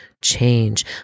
change